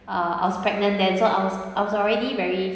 uh I was pregnant then so I was I was already very